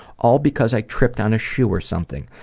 all because i tripped on a shoe or something.